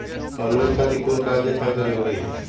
हमरा लोन खतिर कोन कागज दिखावे के जरूरी हई?